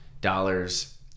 dollars